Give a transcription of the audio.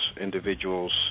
individuals